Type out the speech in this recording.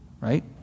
right